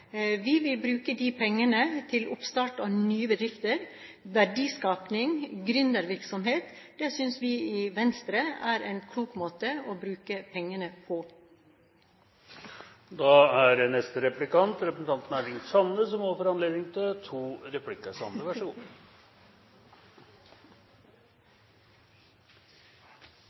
vi vil bruke pengene. Vi vil bruke de pengene til oppstart av nye bedrifter, verdiskaping, gründervirksomhet. Det synes vi i Venstre er en klok måte å bruke pengene på. Representanten Tenden og Venstre har eit engasjement for gründerar og småbedrifter, og det er